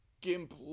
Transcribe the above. gimp